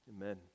Amen